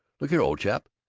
look here, old chap,